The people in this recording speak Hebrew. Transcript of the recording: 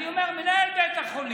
אני אומר: מנהל בית החולים,